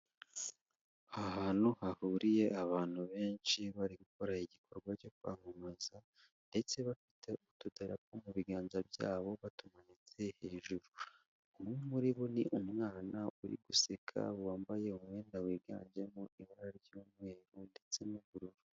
Ahantu hahuriye abantu benshi bari gukora igikorwa cyo kwamamaza ndetse bafite utudarapo mu biganza byabo batumanitse hejuru, umwe muri bo ni umwana uri guseka wambaye umwenda wiganjemo ibara ry'umweru ndetse n'ubururu.